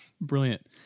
Brilliant